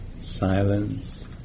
silence